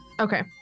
Okay